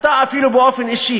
אתה אפילו באופן אישי,